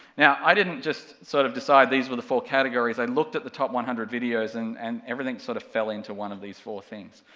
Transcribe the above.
now, i didn't just sort of decide these were the four categories, i looked at the top one hundred videos and and everything sort of fell into one of these four things.